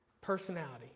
personality